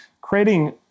creating